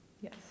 yes